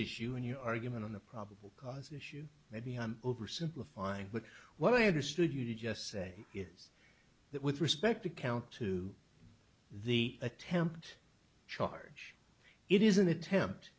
issue and your argument on the probable cause issue maybe i'm oversimplifying but what i understood you to just say is that with respect to count two the attempt to charge it is an attempt